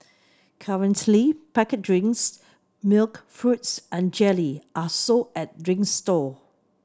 currently packet drinks milk fruits and jelly are sold at drinks stall